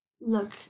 Look